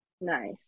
Nice